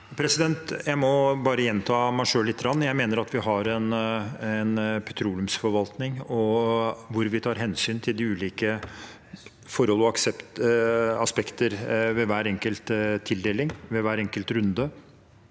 Jeg må bare gjenta meg selv lite grann. Jeg mener at vi har en petroleumsforvaltning hvor vi tar hensyn til de ulike forhold og aspekter ved hver enkelt tildeling og hver enkelt runde,